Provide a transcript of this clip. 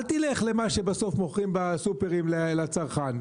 אל תלך למה שבסוף מוכרים בסופרים לצרכן?